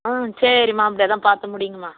ஆ சரிம்மா அப்படி எதா பார்த்து முடிங்கம்மா